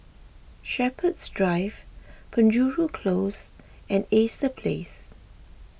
Shepherds Drive Penjuru Close and Ace the Place